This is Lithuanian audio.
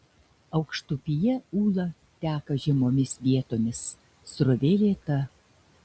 aukštupyje ūla teka žemomis vietomis srovė lėta